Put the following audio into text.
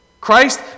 Christ